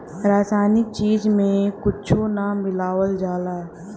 रासायनिक चीज में कुच्छो ना मिलावल जाला